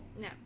No